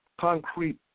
concrete